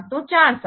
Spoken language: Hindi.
तो 4 साल